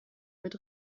mit